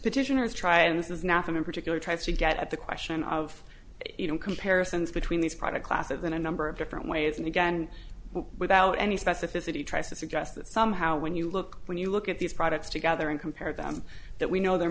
petitioner's try this is nothing in particular tries to get at the question of you know comparisons between these products last of than a number of different ways and again without any specificity tries to suggest that somehow when you look when you look at these products together and compare them that we know there